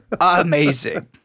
amazing